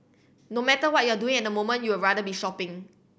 no matter what you're doing at the moment you're rather be shopping